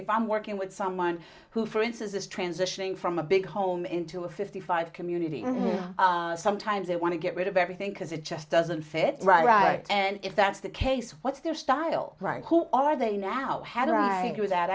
if i'm working with someone who for instance is transitioning from a big home into a fifty five community sometimes they want to get rid of everything because it just doesn't fit right and if that's the case what's their style right who are they now had or i